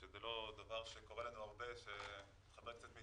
וזה לא דבר שקורה לנו הרבה שחברי כנסת פונים